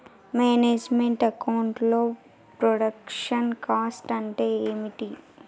Manage meant account లో production cost అంటే ఏమిటి?